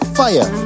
fire